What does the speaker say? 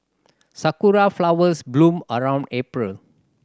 sakura flowers bloom around April